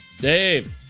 Dave